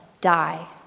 die